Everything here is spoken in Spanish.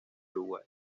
uruguay